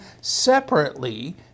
separately